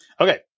Okay